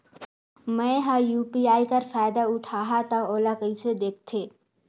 मैं ह यू.पी.आई कर फायदा उठाहा ता ओला कइसे दखथे?